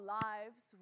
lives